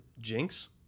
Jinx